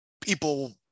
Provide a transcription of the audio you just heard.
people